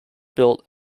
built